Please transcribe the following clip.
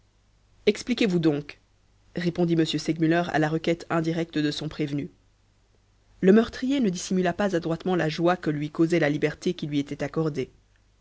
expliquez-vous donc répondit m segmuller à la requête indirecte de son prévenu le meurtrier ne dissimula pas adroitement la joie que lui causait la liberté qui lui était accordée